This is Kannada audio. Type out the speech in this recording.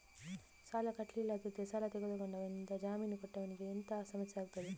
ಸಾಲ ಕಟ್ಟಿಲ್ಲದಿದ್ದರೆ ಸಾಲ ತೆಗೆದುಕೊಂಡವನಿಂದ ಜಾಮೀನು ಕೊಟ್ಟವನಿಗೆ ಎಂತ ಸಮಸ್ಯೆ ಆಗ್ತದೆ?